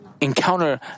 encounter